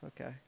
okay